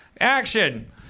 action